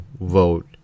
vote